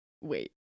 Wait